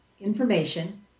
information